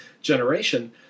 generation